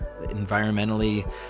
environmentally